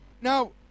Now